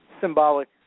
symbolic